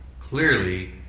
clearly